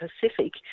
Pacific